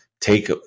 take